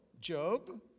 Job